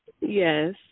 Yes